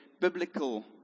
biblical